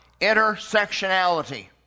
intersectionality